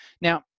Now